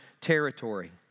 territory